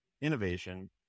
innovation